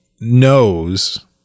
knows